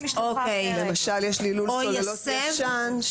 אם למשל יש לי לול סוללות ישן.